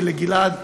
ולגלעד,